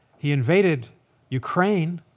he invaded ukraine